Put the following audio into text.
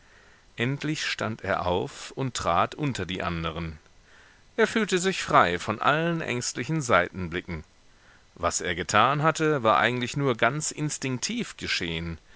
endlich stand er auf und trat unter die anderen er fühlte sich frei von allen ängstlichen seitenblicken was er getan hatte war eigentlich nur ganz instinktiv geschehen